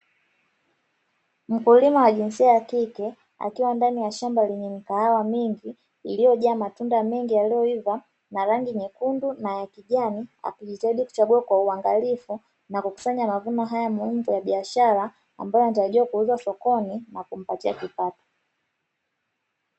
Mkulima wa jinsia ya kike akiwa ndani ya shamba lenye mikahawa mingi iliyojaa matunda mengi, yaliyoiva na rangi nyekundu na ya kijani akijitahidi kuchagua kwa uangalifu na kukusanya mavuno haya muhimu kwa biashara, ambayo yanatarajiwa kuuzwa sokoni na kumpatia kipato.